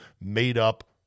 made-up